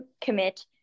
commit